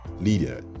leader